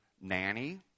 nanny